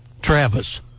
Travis